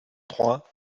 trois